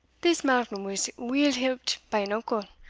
this malcolm was weel helped by an uncle,